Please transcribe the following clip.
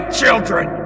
children